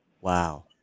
wow